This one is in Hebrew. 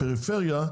בפריפריה,